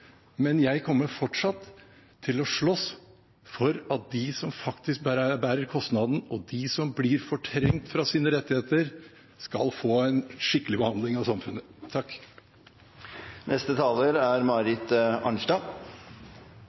men jeg kommer fortsatt til å slåss for at de som faktisk bærer kostnaden, og de som blir fortrengt fra sine rettigheter, skal få en skikkelig behandling av samfunnet.